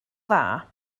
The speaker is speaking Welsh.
dda